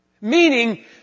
Meaning